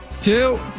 Two